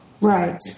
Right